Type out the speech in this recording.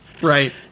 Right